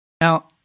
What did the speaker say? Now